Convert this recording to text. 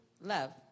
love